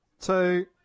two